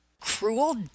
cruel